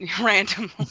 randomly